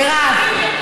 מירב.